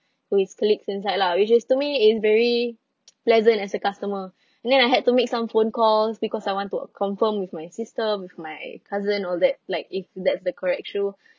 to his colleagues inside lah which is to me is very pleasant as a customer and then I had to make some phone calls because I want to uh confirm with my sister with my cousin all that like if that's the correct shoe